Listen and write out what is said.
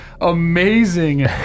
amazing